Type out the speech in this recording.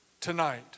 Tonight